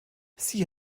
sie